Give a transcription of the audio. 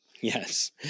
Yes